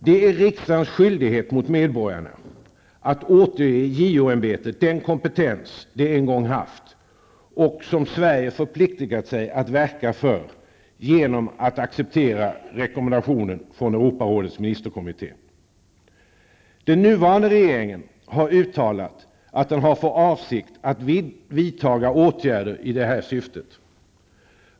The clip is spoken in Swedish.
Det är riksdagens skyldighet mot medborgarna att återge JO-ämbetet den kompetens det en gång haft och som Sverige förpliktigat sig att verka för genom att acceptera rekommendationen från Den nuvarande regeringen har uttalat att den har för avsikt att vidtaga åtgärder i detta syfte.